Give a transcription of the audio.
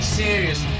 serious